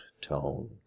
tone